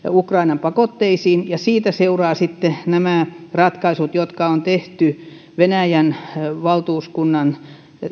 ukrainan pakotteisiin ja siitä seuraavat sitten nämä ratkaisut jotka on tehty venäjän valtuuskunnan